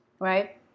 right